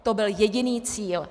To byl jediný cíl.